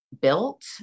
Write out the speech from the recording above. built